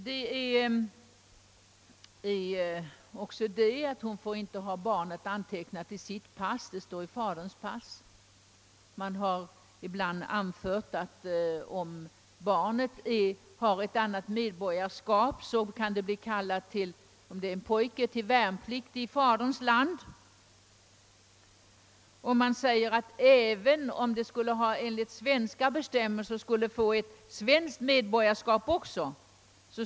Modern får inte heller ha barnet antecknat i sitt pass utan barnet skall vara antecknat i faderns pass. Det har ibland anförts att barnet, om det är en pojke, kan bli inkallat till värnpliktstjänstgöring i faderns land, även om vederbörande enligt svenska bestämmelser också skulle få ett svenskt medborgarskap.